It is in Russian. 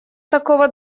такого